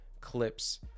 clips